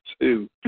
two